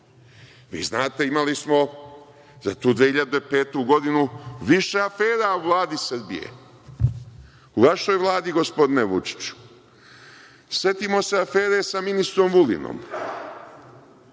znate, imali smo, za tu 2005. godinu više afera u Vladi Srbije, u vašoj Vladi, gospodine Vučiću. Setimo se afere sa ministrom Vulinom.